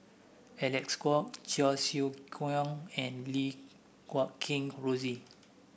Alec Kuok Cheong Siew Keong and Lim Guat Kheng Rosie